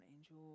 angel